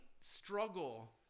struggle